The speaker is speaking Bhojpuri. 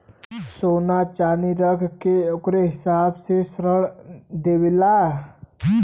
सोना च्नादी रख के ओकरे हिसाब से ऋण देवेला